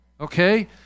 Okay